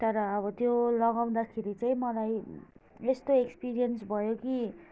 तर अब त्यो लगाउँदाखेरि चाहिँ मलाई यस्तो एक्सपिरियन्स भयो कि